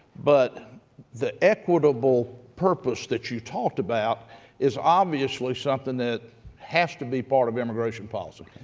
but the equitable purpose that you talked about is obviously something that has to be part of immigration policy.